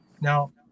Now